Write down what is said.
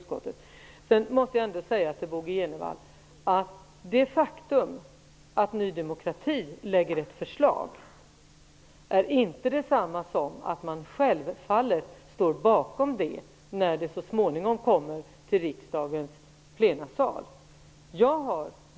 Sedan vill jag ändå till Bo G Jenevall säga att det faktum att Ny demokrati lägger fram ett förslag är inte detsamma som att man självfallet står bakom det förslaget när det så småningom skall behandlas i riksdagens plenisal.